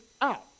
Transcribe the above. out